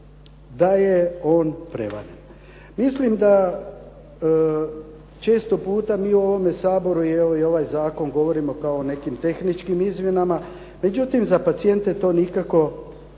da je on prevaren. Mislim da često puta mi u ovome Saboru evo i ovaj zakon govorimo kao o nekim tehničkim izmjenama međutim, za pacijente to nikako